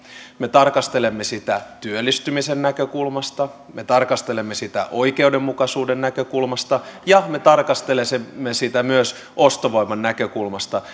me tarkastelemme sitä työllistymisen näkökulmasta me tarkastelemme sitä oikeudenmukaisuuden näkökulmasta ja me tarkastelemme sitä myös ostovoiman näkökulmasta